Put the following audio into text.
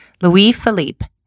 Louis-Philippe